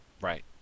Right